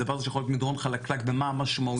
הדבר הזה שיכול להיות מדרון חלקלק במה המשמעויות